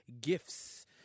gifts